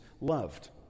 loved